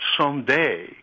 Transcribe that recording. someday